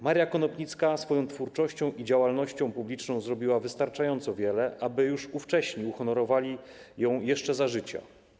Maria Konopnicka swoją twórczością i działalnością publiczną zrobiła wystarczająco wiele, aby już ówcześni uhonorowali ją jeszcze za życia.